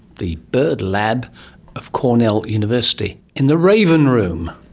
the bird lab of cornell university, in the raven room,